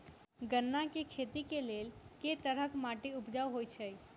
गन्ना केँ खेती केँ लेल केँ तरहक माटि उपजाउ होइ छै?